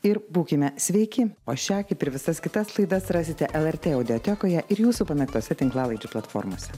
ir būkime sveiki o šią kaip ir visas kitas laidas rasite lrt audiotekoje ir jūsų pamėgtose tinklalaidžių platformose